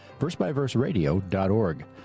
versebyverseradio.org